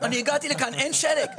אני הגעתי לכאן, אין שלג.